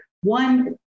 one